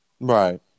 Right